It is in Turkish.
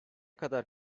kadar